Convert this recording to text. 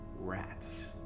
rats